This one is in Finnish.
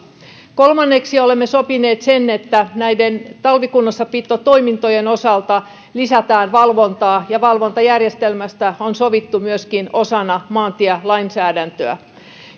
kolmanneksi olemme sopineet sen että näiden talvikunnossapitotoimintojen osalta lisätään valvontaa ja valvontajärjestelmästä on sovittu myöskin osana maantielainsäädäntöä